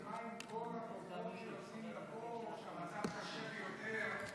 ומה עם כל הדוחות שיוצאים לאור שהמצב קשה ביותר?